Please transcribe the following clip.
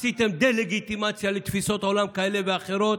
עשיתם דה-לגיטימציה לתפיסות עולם כאלה ואחרות,